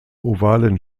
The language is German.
ovalen